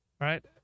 right